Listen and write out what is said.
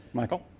michael?